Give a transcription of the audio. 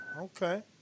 okay